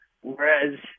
whereas